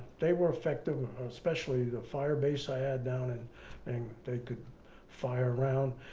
they were effective, especially the fire-based i had down and and they could fire round.